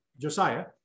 Josiah